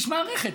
יש מערכת.